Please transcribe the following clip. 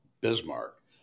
Bismarck